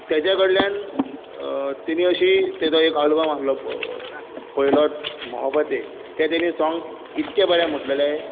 ताचे कडल्यान ताणी अशीं ताचो एक आल्बम आसलो पयलोच मोहोब्बते तें ताणी सोंग इतलें बरें म्हटलेले